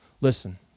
Listen